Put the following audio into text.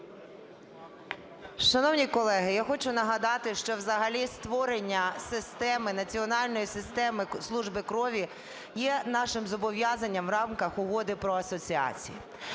Шановні колеги, я хочу нагадати, що взагалі створення системи, національної системи служби крові є нашим зобов'язанням в рамках Угоди про асоціацію.